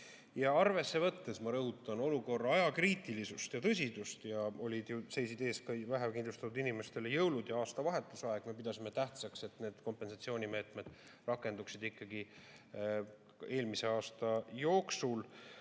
Arvesse võttes, ma rõhutan, olukorra ajakriitilisust ja tõsidust – ka vähekindlustatud inimestel seisid ees jõulud ja aastavahetuse aeg –, me pidasime tähtsaks, et need kompensatsioonimeetmed rakenduksid ikkagi eelmise aasta jooksul.